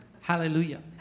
Hallelujah